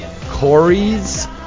Corey's